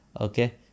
okay